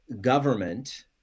government